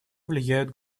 влияют